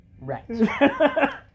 Right